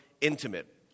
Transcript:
intimate